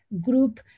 group